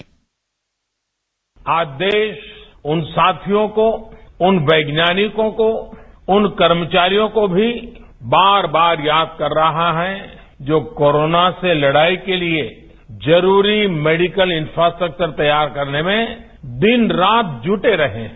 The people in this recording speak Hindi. बाइट आज देश उन साथियों को उन वैज्ञानिकों को उन कर्मचारियों को भी बार बार याद कर रहा है जो कोरोना के लिए जरूरी मेडिकल इंफ्रास्ट्रक्चर तैयार करने में दिन रात जुटे रहे हैं